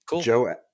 Joe